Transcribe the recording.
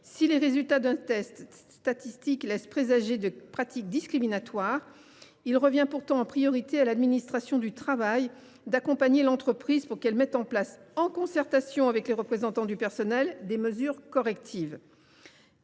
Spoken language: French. Si les résultats d’un test statistique laissent présager de pratiques discriminatoires, il revient pourtant en priorité à l’administration du travail d’accompagner l’entreprise pour qu’elle mette en place, en concertation avec les représentants du personnel, des mesures correctives.